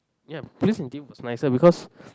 yup police and thief was nicer because